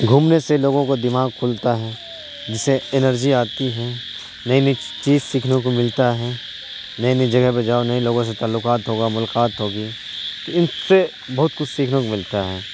گھومنے سے لوگوں کو دماغ کھلتا ہے جس سے انرجی آتی ہیں نئی نئی چیز سیکھنے کو ملتا ہے نئی نئی جگہ پہ جاؤ نئے لوگوں سے تعلقات ہوگا ملاقات ہوگی تو ان سے بہت کچھ سیکھنے کو ملتا ہے